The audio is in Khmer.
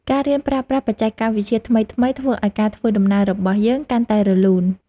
ការរៀនប្រើប្រាស់បច្ចេកវិទ្យាថ្មីៗ ធ្វើឱ្យការធ្វើដំណើររបស់យើងកាន់តែរលូន។